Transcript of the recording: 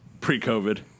pre-COVID